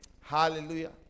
Hallelujah